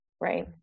right